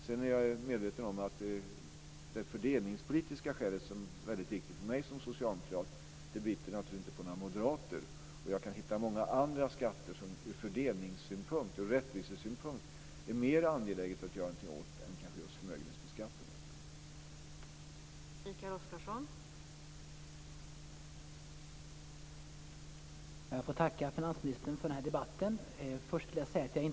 Sedan är jag medveten om att det fördelningspolitiska skälet, som är väldigt viktigt för mig som socialdemokrat, naturligtvis inte biter på några moderater. Och jag kan hitta många andra skatter som ur fördelningssynpunkt och ur rättvisesynpunkt är mer angelägna att göra någonting åt än kanske just förmögenhetsbeskattningen.